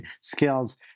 skills